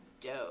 dope